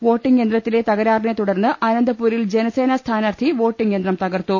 voting യന്ത്ര ത്തിലെ തകരാറിനെ തുടർന്ന് അനന്തപൂരിൽ ജനസേനാ സ്ഥാനാർത്ഥി വോട്ടിംഗ് യന്ത്രം തകർത്തു